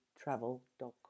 travel.com